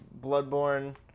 Bloodborne